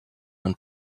and